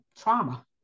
trauma